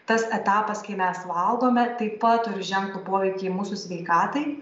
tas etapas kai mes valgome taip pat turi ženklų poveikį mūsų sveikatai